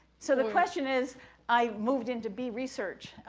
so, the question is i moved into bee research,